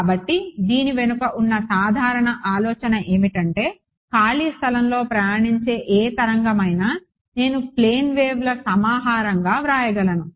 కాబట్టి దీని వెనుక ఉన్న సాధారణ ఆలోచన ఏమిటంటే ఖాళీ స్థలంలో ప్రయాణించే ఏ తరంగామైనా నేను ప్లేన్ వెవ్ల సమాహారంగా వ్రాయగలను